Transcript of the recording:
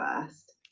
first